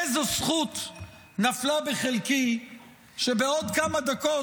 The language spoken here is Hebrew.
איזו זכות נפלה בחלקי שבעוד כמה דקות,